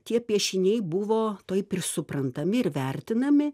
tie piešiniai buvo taip ir suprantami ir vertinami